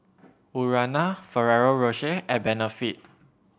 Urana Ferrero Rocher and Benefit